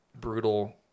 brutal